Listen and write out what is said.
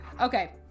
Okay